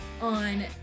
on